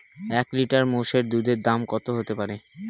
এক লিটার মোষের দুধের দাম কত হতেপারে?